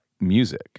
music